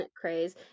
craze